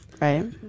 Right